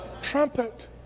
trumpet